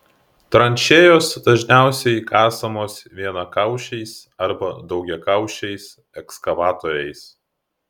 tranšėjos dažniausiai kasamos vienakaušiais arba daugiakaušiais ekskavatoriais